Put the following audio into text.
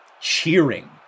cheering